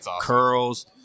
curls